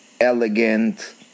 elegant